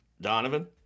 Donovan